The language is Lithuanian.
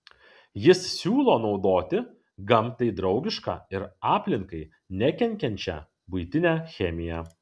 jis siūlo naudoti gamtai draugišką ir aplinkai nekenkiančią buitinę chemiją